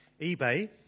eBay